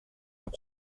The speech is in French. leur